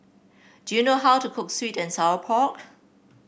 do you know how to cook sweet and Sour Pork